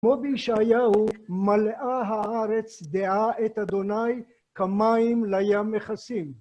כמו בישעיהו, מלאה הארץ דעה את אדוני כמים לים מכסים.